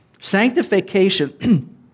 Sanctification